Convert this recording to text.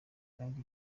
kandi